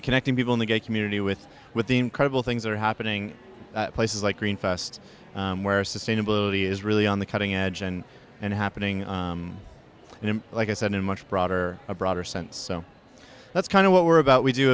connecting people in the gay community with with the incredible things that are happening at places like green fest where sustainability is really on the cutting edge and and happening you know like i said in a much broader a broader sense so that's kind of what we're about we do